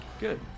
Good